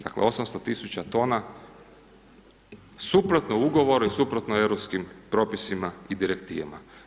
Dakle 800 tisuća tona suprotno ugovoru i suprotno europskim propisima i direktivama.